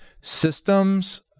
Systems